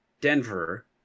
Denver